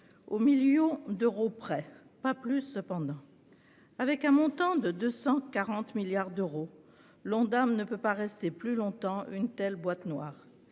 au million d'euros près. Pas plus cependant. Avec un montant de quelque 240 milliards d'euros, l'Ondam ne peut pas rester plus longtemps une telle boîte noire.